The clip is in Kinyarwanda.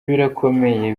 birakomeye